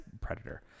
predator